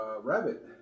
rabbit